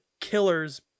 killer's